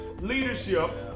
leadership